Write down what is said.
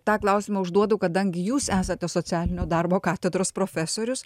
tą klausimą užduodu kadangi jūs esate socialinio darbo katedros profesorius